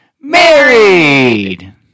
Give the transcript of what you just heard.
married